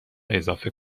اضافه